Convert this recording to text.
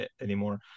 anymore